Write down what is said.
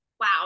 wow